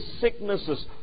sicknesses